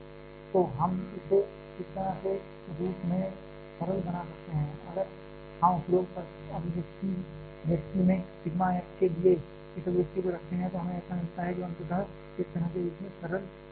तो हम इसे इस तरह से एक रूप के रूप में सरल बना सकते हैं अगर हम उपरोक्त अभिव्यक्ति में सिग्मा f के लिए इस अभिव्यक्ति को रखते हैं तो हमें ऐसा मिलता है जो अंततः इस तरह के रूप में सरल हो जाता है